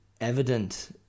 evident